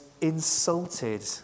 insulted